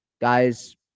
Guys